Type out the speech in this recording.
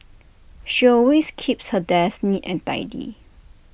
she always keeps her desk neat and tidy